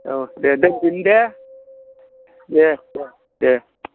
औ दे दोनदिनि दे दे दे दे